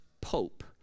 pope